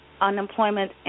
unemployment